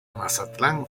mazatlán